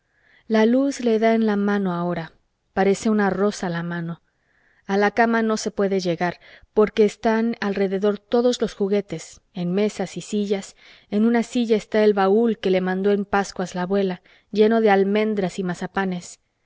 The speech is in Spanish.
la luz le da en la mano ahora parece una rosa la mano a la cama no se puede llegar porque están alrededor todos los juguetes en mesas y sillas en una silla está el baúl que le mandó en pascuas la abuela lleno de almendras y de mazapanes